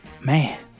Man